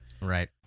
Right